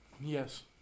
Yes